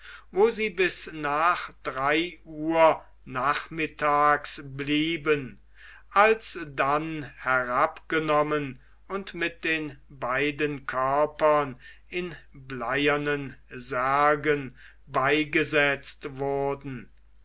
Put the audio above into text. wo sie bis nach drei uhr nachmittags blieben alsdann herabgenommen und mit den beiden körpern in bleiernen särgen beigesetzt wurden